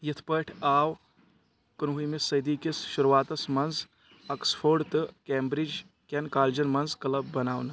یتھ پٲٹھۍ آو کُنوُہمہِ صدی کِس شروعاتس منٛز آکسفورڈ تہٕ کیمبرج کٮ۪ن کالجن منٛز کٕلَب بناونہٕ